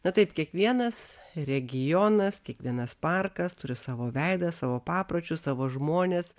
na taip kiekvienas regionas kiekvienas parkas turi savo veidą savo papročius savo žmones